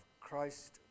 Christ